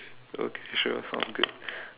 okay sure sounds good